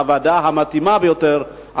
הוועדה המתאימה ביותר,